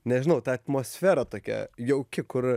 nežinau ta atmosfera tokia jauki kur